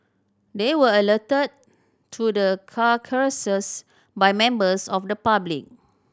they were alerted to the carcasses by members of the public